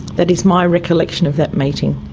that is my recollection of that meeting.